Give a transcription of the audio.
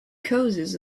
causes